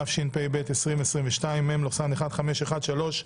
התשפ"ב-2022 (מ/1513),